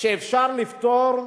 שאפשר לפתור,